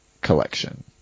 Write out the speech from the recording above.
collection